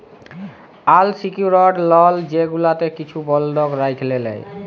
আল secured loan যেগুলাতে কিছু বল্ধক রাইখে লেই